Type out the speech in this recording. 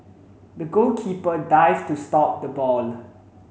the goalkeeper dived to stop the ball